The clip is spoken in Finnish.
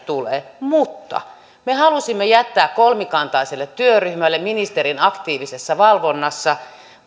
tulevat mutta me halusimme jättää kolmikantaiselle työryhmälle ministerin aktiivisessa valvonnassa